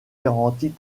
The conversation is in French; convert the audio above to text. garanties